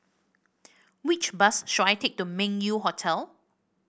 which bus should I take to Meng Yew Hotel